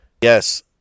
Yes